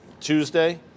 Tuesday